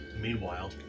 Meanwhile